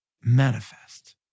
manifest